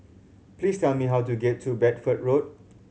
please tell me how to get to Bedford Road